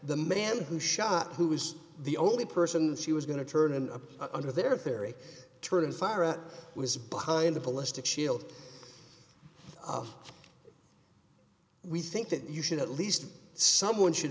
the man who shot who was the only person that she was going to turn up under their theory was behind the police to chill we think that you should at least someone should